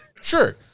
sure